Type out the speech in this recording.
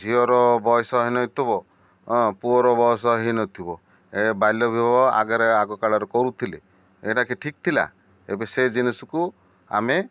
ଝିଅର ବୟସ ହେଇନଥିବ ପୁଅର ବୟସ ହେଇନଥିବ ଏ ବାଲ୍ୟ ବିବାହ ଆଗରେ ଆଗକାଳରେ କରୁଥିଲେ ଏଟାକି ଠିକ୍ ଥିଲା ଏବେ ସେ ଜିନିଷକୁ ଆମେ